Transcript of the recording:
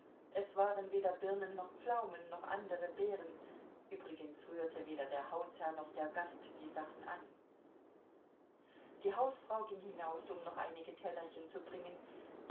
es waren weder birnen noch pflaumen noch andere beeren übrigens rührte weder der hausherr noch der gast die sachen an die hausfrau ging hinaus um noch einige tellerchen zu bringen